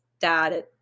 dad